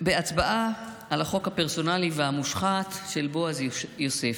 בהצבעה על החוק הפרסונלי והמושחת של בועז יוסף.